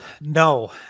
No